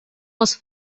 les